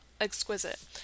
exquisite